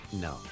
No